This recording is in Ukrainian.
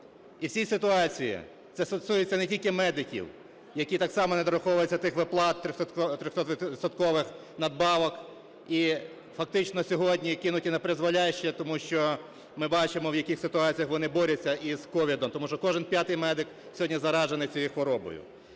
І в цій ситуації, це стосується не тільки медиків, які так само недораховують тих виплат 300-відсоткових надбавок і фактично сьогодні кинуті напризволяще, тому що ми бачимо, в яких ситуаціях вони борються із COVID, тому що кожен п'ятий медик сьогодні заражений цією хворобою.